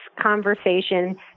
conversation